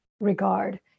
regard